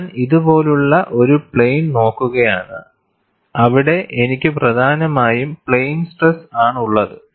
ഞാൻ ഇതു പോലുള്ള ഒരു പ്ലെയിൻ നോക്കുകയാണ് അവിടെ എനിക്ക് പ്രധാനമായും പ്ലെയിൻ സ്ട്രെസ് ആണ് ഉള്ളത്